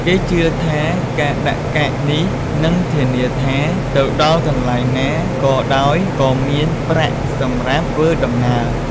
គេជឿថា ការដាក់កាក់នេះនឹថធានាថា ទៅដល់កន្លែងណាក៏ដោយក៏មានប្រាក់សម្រាប់ធ្វើដំណើរ។